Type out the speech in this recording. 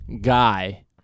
guy